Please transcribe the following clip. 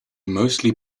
mostly